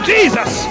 Jesus